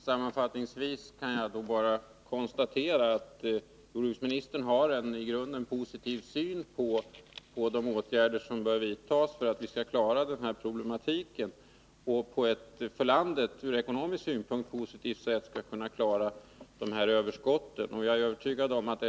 Herr talman! Sammanfattningsvis konstaterar jag att jordbruksministern har en i grunden positiv syn på de åtgärder som bör vidtas för att lösa problemen och klara överskotten på ett för landet positivt sätt från ekonomisk synpunkt.